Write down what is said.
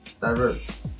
diverse